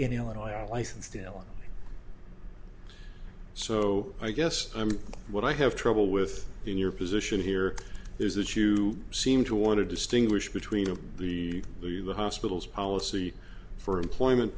in illinois are licensed ala so i guess i mean what i have trouble with in your position here is that you seem to want to distinguish between of the the the hospitals policy for employment